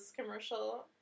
commercial